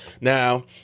Now